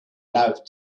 love